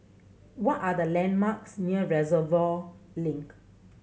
what are the landmarks near Reservoir Link